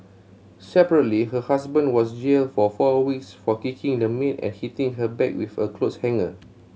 separately her husband was jailed for four weeks for kicking the maid and hitting her back with a cloth hanger